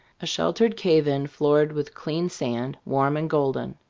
a sheltered cave-in floored with clean sand, warm and golden.